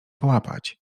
połapać